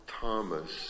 Thomas